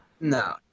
No